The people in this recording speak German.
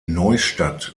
neustadt